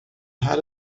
had